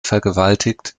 vergewaltigt